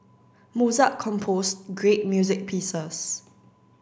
Mozart composed great music pieces